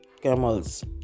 camels